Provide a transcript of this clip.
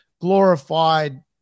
glorified